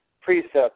precept